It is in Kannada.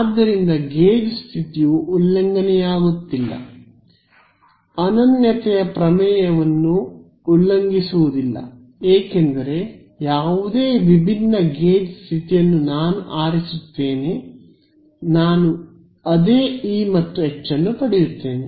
ಆದ್ದರಿಂದ ಗೇಜ್ ಸ್ಥಿತಿಯು ಉಲ್ಲಂಘನೆಯಾಗುತ್ತಿಲ್ಲ ಅನನ್ಯತೆಯ ಪ್ರಮೇಯವನ್ನು ಉಲ್ಲಂಘಿಸುವುದಿಲ್ಲ ಏಕೆಂದರೆ ಯಾವುದೇ ವಿಭಿನ್ನ ಗೇಜ್ ಸ್ಥಿತಿಯನ್ನು ನಾನು ಆರಿಸುತ್ತೇನೆ ನಾನು ಅದೇ ಇ ಮತ್ತು ಎಚ್ ಅನ್ನು ಪಡೆಯುತ್ತೇನೆ